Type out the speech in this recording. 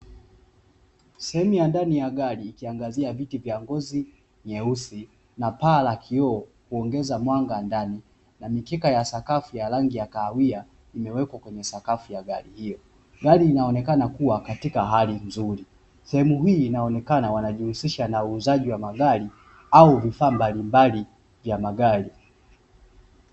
Sehemu ya ndani ya gari ikiangazia viti vya ngozi nyeusi na paa la kioo kuongeza mwanga ndani, na mikeka ya sakafu ya rangi ya kahawia imewekwa kwenye sakafu ya gari hiyo, gari inaonekana kua katika hali nzuri; sehemu hii inaonekana wana jihusisha na uuzaji wa magari au vifaa mbalimbali vya magari.